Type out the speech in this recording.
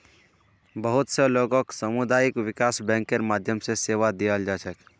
बहुत स लोगक सामुदायिक विकास बैंकेर माध्यम स सेवा दीयाल जा छेक